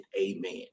amen